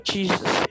Jesus